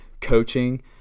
coaching